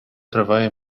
триває